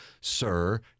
sir